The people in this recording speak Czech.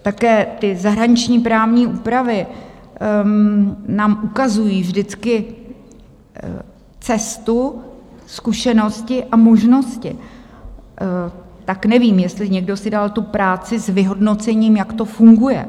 Také zahraniční právní úpravy nám ukazují vždycky cestu, zkušenosti a možnosti, tak nevím, jestli si někdo dal tu práci s vyhodnocením, jak to funguje.